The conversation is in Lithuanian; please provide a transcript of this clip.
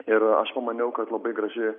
ir aš pamaniau kad labai graži